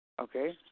Okay